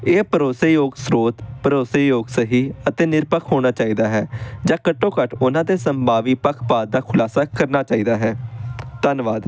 ਇਹ ਭਰੋਸੇਯੋਗ ਸਰੋਤ ਭਰੋਸੇਯੋਗ ਸਹੀ ਅਤੇ ਨਿਰਪੱਖ ਹੋਣਾ ਚਾਹੀਦਾ ਹੈ ਜਾਂ ਘੱਟੋ ਘੱਟ ਉਹਨਾਂ 'ਤੇ ਸੰਭਾਵੀ ਪੱਖਪਾਤ ਦਾ ਖੁਲਾਸਾ ਕਰਨਾ ਚਾਹੀਦਾ ਹੈ ਧੰਨਵਾਦ